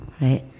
right